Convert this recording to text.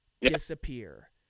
disappear